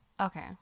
Okay